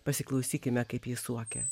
pasiklausykime kaip ji suokia